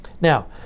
Now